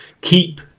keep